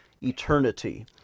Eternity